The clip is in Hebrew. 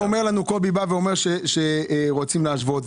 קובי בא ואמר שרוצים להשוות,